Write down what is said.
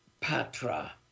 Patra